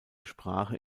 sprache